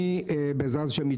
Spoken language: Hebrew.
בעזרת השם,